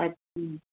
अच